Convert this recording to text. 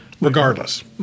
regardless